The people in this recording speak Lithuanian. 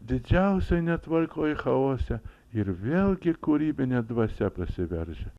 didžiausioj netvarkoj chaose ir vėlgi kūrybinė dvasia prasiveržia